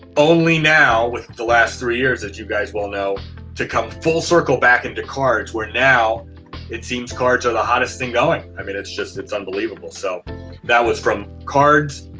only now with the last three years that you guys will know to come full circle back into cards, where now it seems cards are the hottest thing going. i mean, it's just, it's unbelievable. so that was from cards,